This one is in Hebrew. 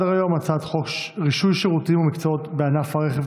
בעד, חמישה, אין מתנגדים, אין נמנעים.